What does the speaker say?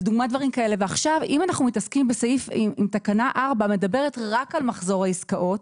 לדוגמה דברים כאלה ועכשיו אם תקנה (4) מדברת רק על מחזור העסקאות,